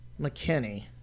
McKinney